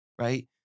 Right